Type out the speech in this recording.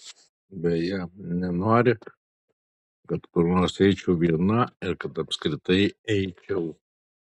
beje nenori kad kur nors eičiau viena ir kad apskritai eičiau